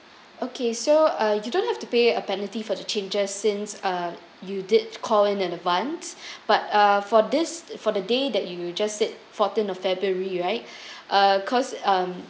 okay so uh you don't have to pay a penalty for the changes since uh you did call in advance but uh for this for the day that you you just said fourteenth of february right uh cause um